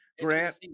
Grant